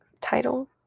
title